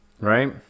right